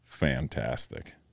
Fantastic